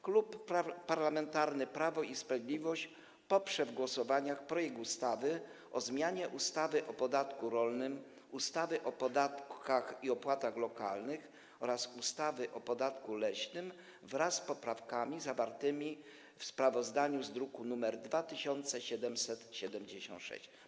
Klub Parlamentarny Prawo i Sprawiedliwość poprze w głosowaniach projekt ustawy o zmianie ustawy o podatku rolnym, ustawy o podatkach i opłatach lokalnych oraz ustawy o podatku leśnym wraz z poprawkami zawartymi w sprawozdaniu w druku nr 2776.